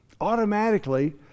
automatically